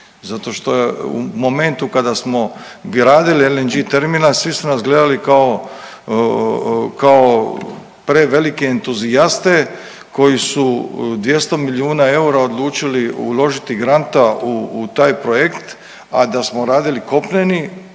zato što je u momentu kada smo gradili LNG terminal svi su nas gledali kao prevelike entuzijaste koji su 200 milijuna eura odlučili uložiti granta u taj projekt, a da smo radili kopneni